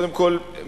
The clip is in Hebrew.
קודם כול,